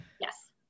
Yes